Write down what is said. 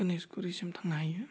गनेस गुरिसिम थांनो हायो